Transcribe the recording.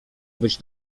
być